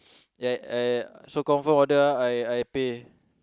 yeah yeah and and so confirm order ah I I pay